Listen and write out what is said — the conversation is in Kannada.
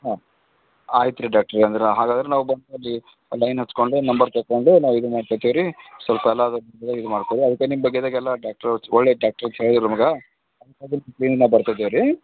ಹಾಂ ಆಯ್ತು ರೀ ಡಾಕ್ಟ್ರೇ ಅಂದ್ರೆ ಹಾಗಾದ್ರೆ ನಾವು ಬಂದು ಅಲ್ಲಿ ಲೈನ್ ಹಚ್ಚಿಕೊಂಡು ನಂಬರ್ ತಗೊಂಡು ನಾವು ಇದು ಮಾಡ್ಕತೇವೆ ರೀ ಸ್ವಲ್ಪ್ ಎಲ್ಲ ಇದು ಮಾಡ್ಕೊಳ್ಳಿ ಅದಕ್ಕೆ ನಿಮ್ಮ ಬಗ್ಗೆದಾಗೆಲ್ಲ ಡಾಕ್ಟ್ರು ಒಳ್ಳೆಯ ಡಾಕ್ಟ್ರು ಅಂತ ಹೇಳಿದಾರ್ ನಮಗೆ ಬರ್ತಿದಿವ್ ರೀ